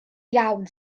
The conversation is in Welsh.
iawn